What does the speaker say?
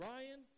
Ryan